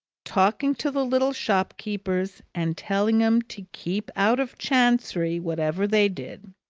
talking to the little shopkeepers and telling em to keep out of chancery, whatever they did.